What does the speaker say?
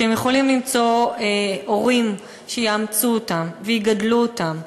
שהם יכולים למצוא הורים שיאמצו אותם ויגדלו אותם,